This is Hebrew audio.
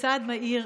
/ בצעד מהיר,